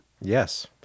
Yes